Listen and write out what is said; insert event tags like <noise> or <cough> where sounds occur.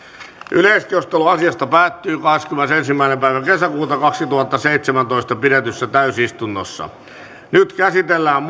yleiskeskustelu asiasta päättyi kahdeskymmenesensimmäinen kuudetta kaksituhattaseitsemäntoista pidetyssä täysistunnossa nyt käsitellään <unintelligible>